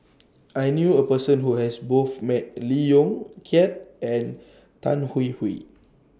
I knew A Person Who has Both Met Lee Yong Kiat and Tan Hwee Hwee